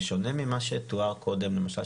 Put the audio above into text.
בשונה ממה שתואר קודם למשל,